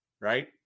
Right